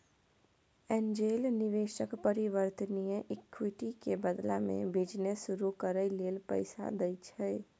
angel निवेशक परिवर्तनीय equity के बदला में बिजनेस शुरू करइ लेल पैसा दइ छै